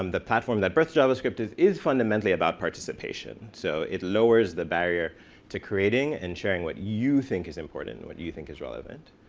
um the platform that birthed javascript, is is fundamentally about participation. so it lowers the barrier to creating and sharing what you think is important, what you think is relevant.